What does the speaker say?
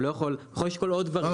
הוא יכול לשקול עוד דברים.